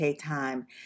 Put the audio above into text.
time